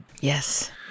Yes